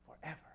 forever